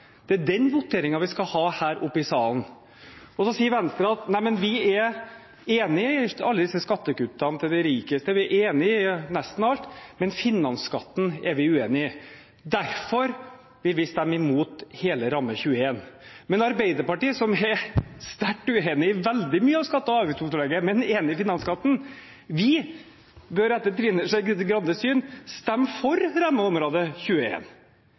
det er den voteringen vi skal ha her i salen. Så sier Venstre at de er enige i alle disse skattekuttene til de rike, de er enig i nesten alt, men finansskatten er de uenige i. Derfor vil de stemme imot hele rammeområde 21. Men Arbeiderpartiet, som er sterkt uenig i veldig mye av skatte- og avgiftsopplegget, men enig i finansskatten, vi bør, etter Trine Skei Grandes syn, stemme for